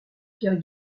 pierre